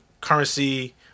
currency